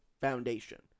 foundation